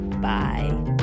Bye